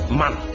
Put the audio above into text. man